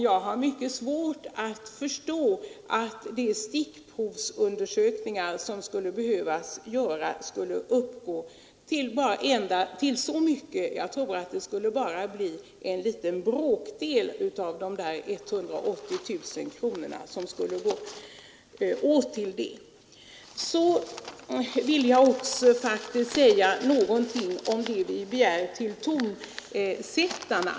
Jag har mycket svårt att förstå att de stickprovsundersökningar som skulle behöva göras skulle kosta så mycket. Bara en liten bråkdel av dessa 180 000 kronor skulle gå åt för dessa stickprovsundersökningar. Så skulle jag också säga något om det vi begär till tonsättarna.